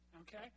okay